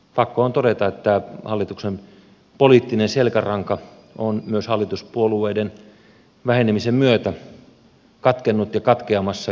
pakko on todeta että hallituksen poliittinen selkäranka on myös hallituspuolueiden vähenemisen myötä katkeamassa